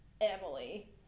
Emily